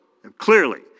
clearly